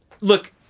look